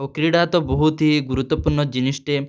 ଆଉ କ୍ରିଡ଼ା ତ ବହୁତ୍ ହି ଗୁରୁତ୍ୱପୂର୍ଣ୍ଣ ଜିନିଷ୍ ଟେ